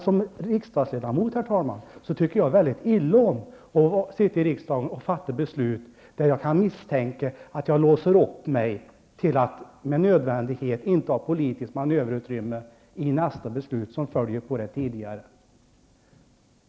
Som riksdagsledamot, herr talman, tycker jag mycket illa om att här i riksdagen fatta beslut som gör att jag misstänker att jag låser upp mig till att med nödvändighet inta politiskt manöverutrymme i det beslut som kommer att följa på det tidigare.